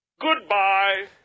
Goodbye